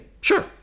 sure